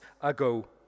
ago